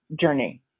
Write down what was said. journey